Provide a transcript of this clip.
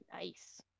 Nice